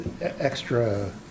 extra